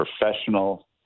professional